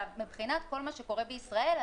מבחינת כל מה שקורה בישראל,